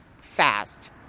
fast